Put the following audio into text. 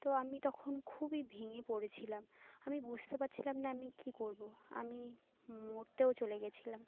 তো আমি তখন খুবই ভেঙে পড়েছিলাম আমি বুঝতে পারছিলাম না আমি কী করবো আমি মরতেও চলে গেছিলাম